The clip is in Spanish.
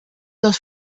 dos